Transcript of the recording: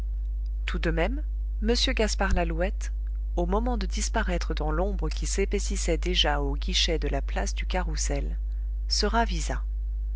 tout de même m gaspard lalouette au moment de disparaître dans l'ombre qui s'épaississait déjà aux guichets de la place du carrousel se ravisa